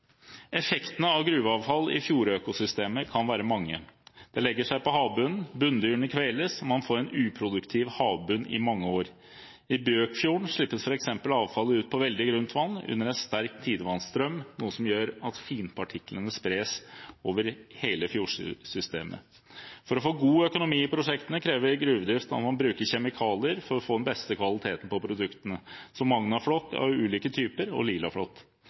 Effektene av gruveavfall i fjordøkosystemer kan være mange. Det legger seg på havbunnen, bunndyrene kveles, og man får en uproduktiv havbunn i mange år. I Bøkfjorden slippes f.eks. avfallet ut på veldig grunt vann under en sterk tidevannsstrøm, noe som gjør at finpartiklene spres over hele fjordsystemet. For å få god økonomi i prosjektene krever gruvedrift at man bruker kjemikalier for å få den beste kvaliteten på produktene – som Magnafloc av ulike typer og